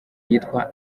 yitwa